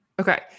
Okay